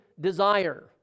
desire